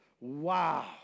Wow